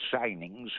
signings